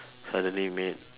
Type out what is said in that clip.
suddenly made